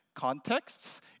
contexts